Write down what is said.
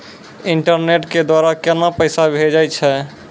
Internet के द्वारा केना पैसा भेजय छै?